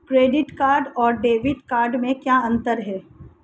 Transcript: Credit card और debit card में क्या अंतर है?